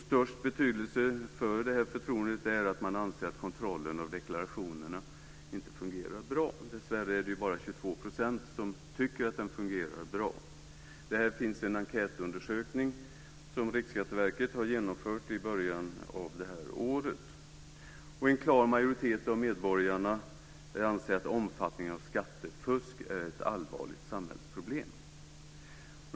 Störst betydelse för det låga förtroendet är att man anser att kontrollen av deklarationerna inte fungerar bra. Dessvärre är det bara 22 % som tycker att den fungerar bra. De här uppgifterna finns i en enkätundersökning som Riksskatteverket har genomfört i början av det här året. En klar majoritet av medborgarna anser att omfattningen av skattefusket är ett allvarligt samhällsproblem.